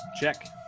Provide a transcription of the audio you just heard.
Check